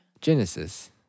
Genesis